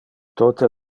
tote